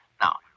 Now